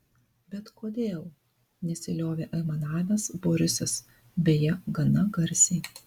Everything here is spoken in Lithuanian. bet kodėl nesiliovė aimanavęs borisas beje gana garsiai